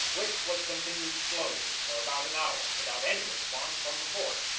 which was continued slowly for about an hour, without any response from the fort.